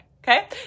Okay